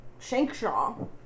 Shankshaw